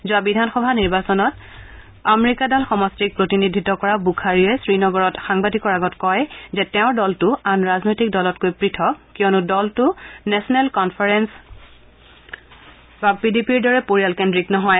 যোৱা বিধানসভা নিৰ্বাচনত আমিৰাকাডাল সমষ্টিক প্ৰতিনিধিত্ব কৰা বুখৰীয়ে শ্ৰীনগৰত সাংবাদিকৰ আগত কয় যে তেওঁৰ দলটো আন ৰাজনৈতিক দলতকৈ পৃথক কিয়নো দলটো নেচনেল কনফাৰেঞ্চ বাব পিডিপিৰ দৰে পৰিয়াল কেন্দ্ৰিক নহয়